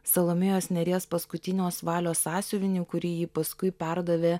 salomėjos nėries paskutinios valios sąsiuvinį kurį ji paskui perdavė